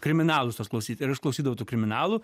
kriminalus tuos klausyt ir aš klausydavau tų kriminalų